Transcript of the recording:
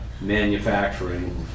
manufacturing